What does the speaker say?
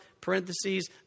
parentheses